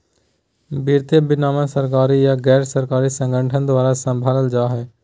वित्तीय विनियमन सरकारी या गैर सरकारी संगठन द्वारा सम्भालल जा हय